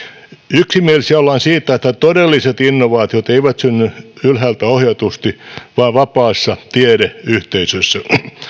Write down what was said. yksimielisiä ollaan siitä että todelliset innovaatiot eivät synny ylhäältä ohjatusti vaan vapaassa tiedeyhteisössä